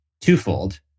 twofold